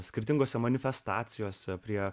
skirtingose manifestacijose prie